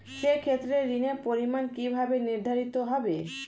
সে ক্ষেত্রে ঋণের পরিমাণ কিভাবে নির্ধারিত হবে?